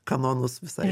kanonus visai